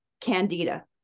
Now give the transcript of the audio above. Candida